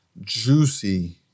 juicy